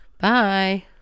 bye